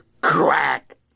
Crack